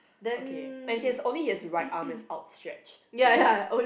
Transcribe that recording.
okay and his only his right arm is outstretched towards